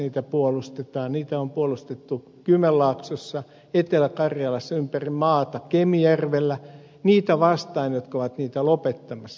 niitä on puolustettu kymenlaaksossa etelä karjalassa ympäri maata kemijärvellä niitä vastaan jotka ovat niitä lopettamassa